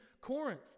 Corinth